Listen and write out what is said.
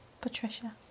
Patricia